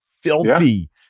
filthy